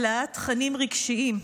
לתכנים רגשיים.